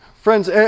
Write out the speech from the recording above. Friends